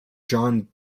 john